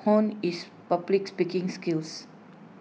hone his public speaking skills